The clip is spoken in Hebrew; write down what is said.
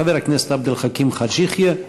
חבר הכנסת עבד אל חכים חאג' יחיא,